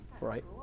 Right